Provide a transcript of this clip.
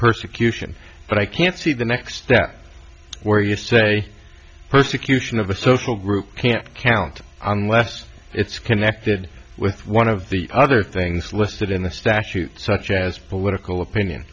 persecution but i can't see the next step where you say persecution of a social group can count on less it's connected with one of the other things listed in the statute such as political opinion